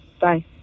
Bye